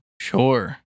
Sure